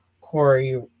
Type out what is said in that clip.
Corey